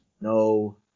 No